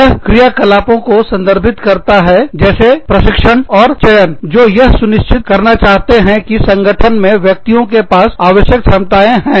यह क्रियाकलापों को संदर्भित करता है जैसे प्रशिक्षण और चयन जो यह सुनिश्चित करना चाहते हैं कि संगठन में व्यक्तियों के पास आवश्यक क्षमताएं हैं